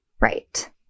Right